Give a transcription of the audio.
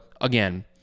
again